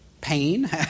pain